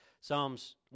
Psalms